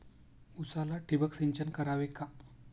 उसाला ठिबक सिंचन करावे का?